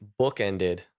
bookended